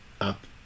up